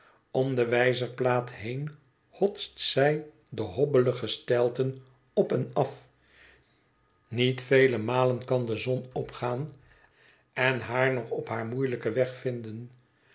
om de wijzerplaat heen hotst zij de hobbelige steilten op en af niet vele malen kan de zon opgaan en haar nog op haar moeielijken weg vinden